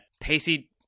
Pacey